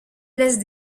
laisse